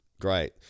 great